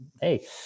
hey